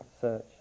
search